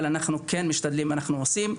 אנחנו כן משתדלים, אנחנו עושים.